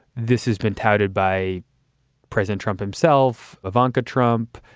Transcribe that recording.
this has been touted by president trump himself, ivanka trump,